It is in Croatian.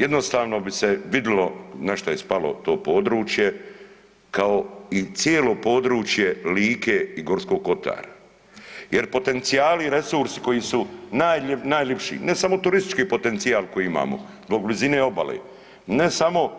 Jednostavno bi se vidlo na šta je spalo to područje kao i cijelo područje Like i Gorskog kotara jer potencijali i resursi koji su najlipši, ne samo turistički potencijal koji imamo zbog blizine obale, ne samo